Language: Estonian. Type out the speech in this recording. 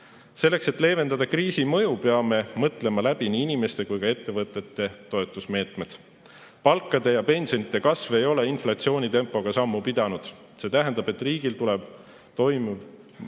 Selleks, et leevendada kriisi mõju, peame mõtlema läbi nii inimeste kui ka ettevõtete toetamise meetmed. Palkade ja pensionide kasv ei ole inflatsioonitempoga sammu pidanud. See tähendab, et riigil tuleb toimuv